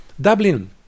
Dublin